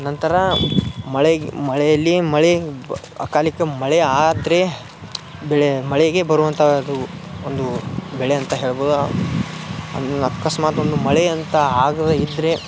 ನಂತರ ಮಳೆಗೆ ಮಳೆಯಲ್ಲಿ ಮಳೆ ಅಕಾಲಿಕ ಮಳೆ ಆದರೆ ಬೆಳೆ ಮಳೆಗೆ ಬರುವಂಥ ಅದು ಒಂದು ಬೆಳೆ ಅಂತ ಹೇಳ್ಬೋದು ಅಕಸ್ಮಾತ್ ಒಂದು ಮಳೆಯಂತ ಆಗದೆ ಇದ್ದರೆ